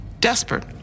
desperate